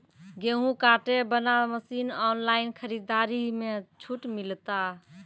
गेहूँ काटे बना मसीन ऑनलाइन खरीदारी मे छूट मिलता?